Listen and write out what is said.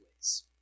ways